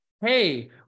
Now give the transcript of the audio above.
hey